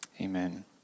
Amen